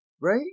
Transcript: right